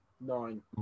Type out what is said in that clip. Nine